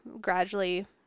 gradually